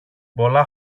πολλά